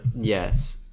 Yes